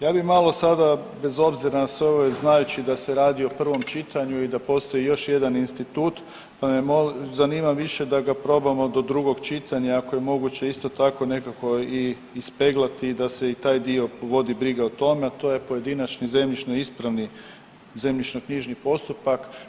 Ja bi malo sada bez obzira na sve ove znajući da se radi o prvom čitanju i da postoji još jedan institut pa me zanima više da ga probamo do drugog čitanja ako je moguće isto tako nekako i ispeglati i da se i taj dio vodi briga o tome, a to je pojedinačni zemljišno ispravni zemljišno knjižni postupak.